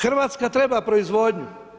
Hrvatska treba proizvodnju.